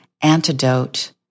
antidote